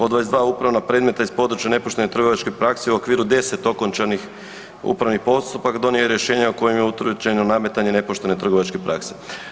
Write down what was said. Od 22 upravna predmeta iz područja nepoštene trgovačke prakse u okviru 10 okončanih upravnih postupaka, donio je rješenje u kojima je utvrđeno nametanje nepoštene trgovačke prakse.